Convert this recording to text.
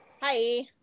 Hi